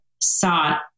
sought